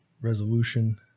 resolution